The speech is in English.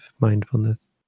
mindfulness